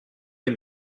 les